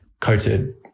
Coated